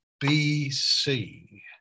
BC